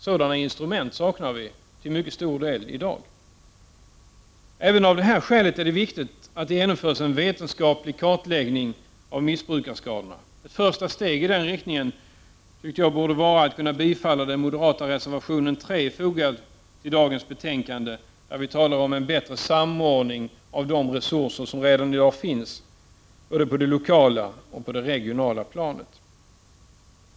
Sådana instrument saknas till mycket stor del i dag. Även av det skälet är det viktigt att det genomförs en vetenskaplig kartläggning av missbruksskadorna. Ett första steg i den riktningen borde vara att bifalla den moderata reservationen 3, fogad till betänkandet, där vi talar om en bättre samordning av de resurser som redan i dag finns, både på det lokala och på det regionala planet.